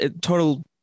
total